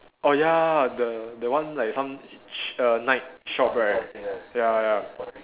oh ya the the one like some sh~ err night shop right ya ya